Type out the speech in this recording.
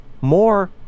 more